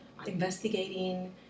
Investigating